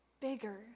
bigger